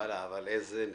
וואלה, אבל איזו נחישות,